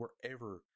wherever